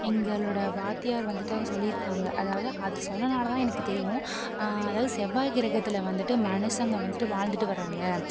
எங்களோடய வாத்தியார் வந்துட்டு சொல்லியிருக்காங்க அதாவது அது சொன்னனாலதான் எனக்கு தெரியும் அதாவது செவ்வாய் கிரகத்தில் வந்துட்டு மனுசங்கள் வந்துட்டு வாழ்ந்துட்டு வறாங்க